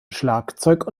schlagzeug